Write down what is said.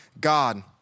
God